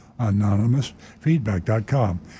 anonymousfeedback.com